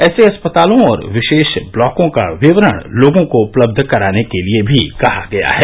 ऐसे अस्पतालों और विशेष ब्लॉकों का विवरण लोगों को उपलब्ध कराने के लिए भी कहा गया है